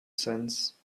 sense